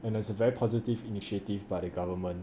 and as a very positive initiative by the government